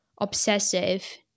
obsessive